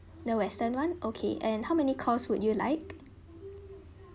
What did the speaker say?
the western one okay and how many course would you like